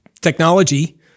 technology